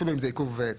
אפילו אם זה עיכוב קצר,